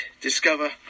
discover